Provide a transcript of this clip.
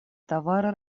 товары